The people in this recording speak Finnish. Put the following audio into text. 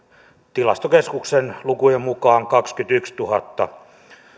tilastokeskuksen lukujen mukaan kaksikymmentätuhatta